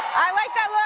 i like